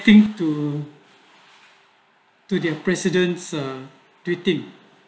things to do their president ah tweeting